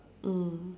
mm